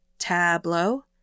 Tableau